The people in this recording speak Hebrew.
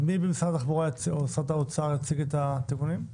מי ממשרד התחבורה או משרד האוצר יציג את התיקונים.